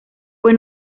fue